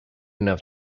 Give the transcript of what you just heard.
enough